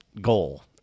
goal